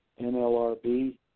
NLRB